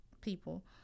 people